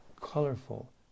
colorful